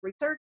research